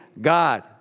God